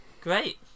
Great